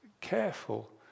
careful